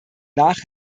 nach